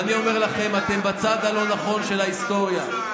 ואני אומר לכם: אתם בצד הלא-נכון של ההיסטוריה.